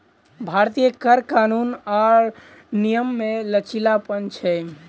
भारतीय कर कानून आर नियम मे लचीलापन छै